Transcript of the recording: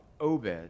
Obed